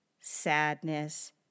sadness